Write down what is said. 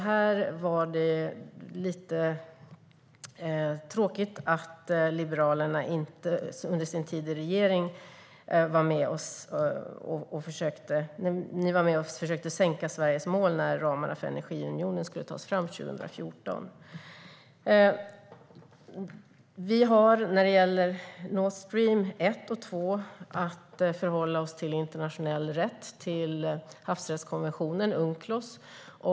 Här var det lite tråkigt att Liberalerna under sin tid i regering var med och försökte att sänka Sveriges mål när ramarna för energiunionen skulle tas fram 2014. Beträffande Nordstream 1 och 2 har vi att förhålla oss till internationell rätt och till havsrättskonventionen Unclos.